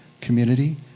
community